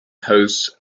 hosts